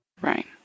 Right